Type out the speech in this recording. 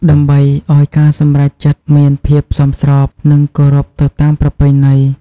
ដើម្បីឱ្យការសម្រេចចិត្តមានភាពសមស្រប និងគោរពទៅតាមប្រពៃណី។